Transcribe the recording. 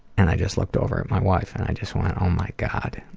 and i just looked over at my wife and i just went, oh my god.